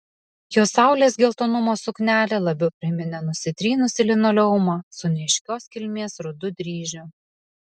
jos saulės geltonumo suknelė labiau priminė nusitrynusį linoleumą su neaiškios kilmės rudu dryžiu